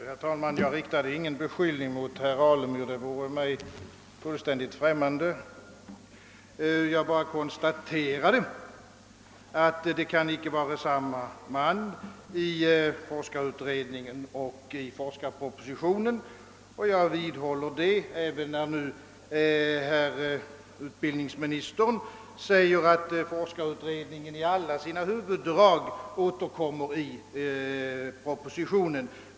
Herr talman! Jag riktade ingen beskyllning mot herr Alemyr — det vore mig fullständigt fjärran. Jag konstaterade bara att det icke är samma innehåll i forskarutredningens betänkande som i forskarpropositionen. Jag vidhåller detta, även när herr utbildningsministern nu säger att forskarutredningens förslag i alla sina huvuddrag återkommer i propositionen.